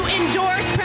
endorse